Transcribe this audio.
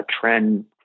trend